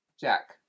Jack